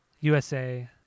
USA